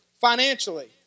financially